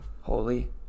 Holy